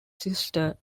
sister